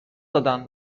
دادن